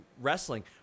wrestling